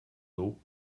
dos